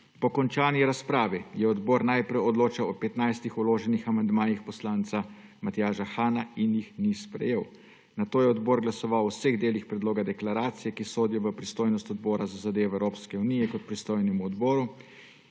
Po končani razpravi je odbor najprej odločal o 15 vloženih amandmajih poslanca Matjaža Hana in jih ni sprejel. Nato je odbor glasoval o vseh delih predloga deklaracije, ki sodijo v pristojnost Odbora za zadeve Evropske unije kot pristojnega odbora,